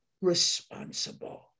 responsible